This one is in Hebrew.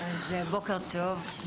אז בוקר טוב,